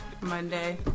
Monday